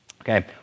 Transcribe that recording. Okay